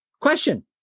Question